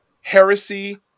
heresy